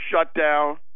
shutdown